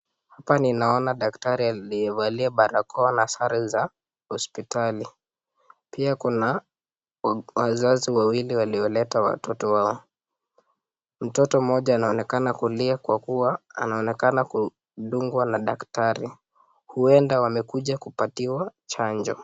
Hapa ninaona daktari aliyevalia barakoa na sare za hospitali pia kuna wazazi wawili walioleta, watoto wao mtoto mmoja anaonekana kulia kwa kuwa anaonekana kudungwa na daktari. Huenda wamekuja kupatiwa chanjo.